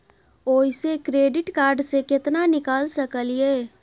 ओयसे credit card से केतना निकाल सकलियै?